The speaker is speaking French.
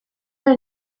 pas